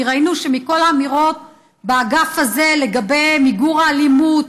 כי ראינו שמכל האמירות באגף הזה לגבי מיגור האלימות,